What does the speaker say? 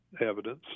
evidence